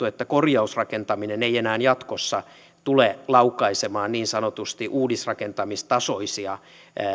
että korjausrakentaminen ei enää jatkossa tule laukaisemaan niin sanotusti uudisrakentamistasoisia